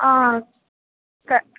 आ क